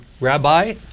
rabbi